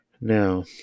Now